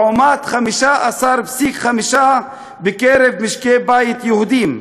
לעומת 15.5% בקרב משקי בית יהודיים.